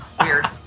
Weird